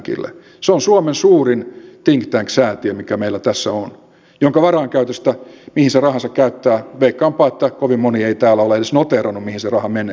se on suomen suurin think tank säätiö mikä meillä tässä on jonka varainkäyttö mihin se rahansa käyttää veikkaanpa että kovin moni ei täällä ole edes noteerannut mihin se raha menee eikä edes tiedä sitä